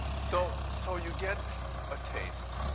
so so you get a taste.